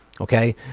Okay